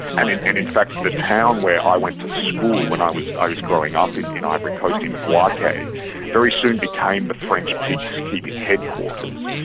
and in in fact the town where i went to school when i was i was growing up in in ivory coast in bouake very soon became the french peacekeeping headquarters.